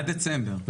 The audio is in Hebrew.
עד דצמבר.